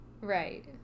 Right